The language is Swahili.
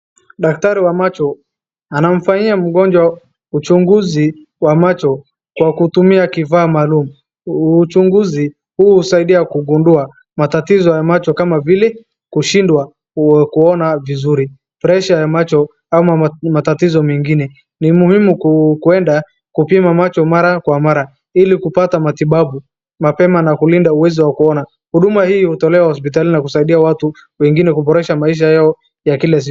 Daktari wa macho, anamfanyia mgonjwa uchunguzi wa macho kwa kutumia kifaa maalum. Uchunguzi huu husaidia kugundua matatizpo ya macho kama vile, kushindwa kuona vizuri , presha ya macho ama matatizo mengine. Ni muhimu kwenda kupima macho mara kwa mara, ili kupata matibabu mapema na kulinda uwezo wa kuona. Huduma hii hutolewa hospitali na kusaidia watu wengine kuboresha maisha yao ya kila siku.